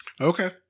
Okay